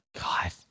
god